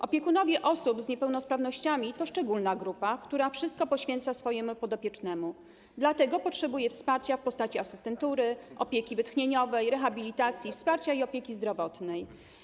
Opiekunowie osób z niepełnosprawnościami to szczególna grupa, która wszystko poświęca swoim podopiecznym, dlatego potrzebuje wsparcia w postaci asystentury, opieki wytchnieniowej, rehabilitacji, wsparcia i opieki zdrowotnej.